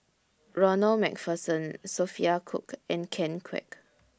Ronald MacPherson Sophia Cooke and Ken Kwek